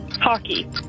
Hockey